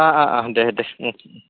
অঁ অঁ অঁ দে দে